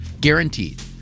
Guaranteed